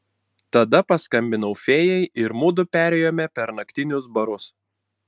tada paskambinau fėjai ir mudu perėjome per naktinius barus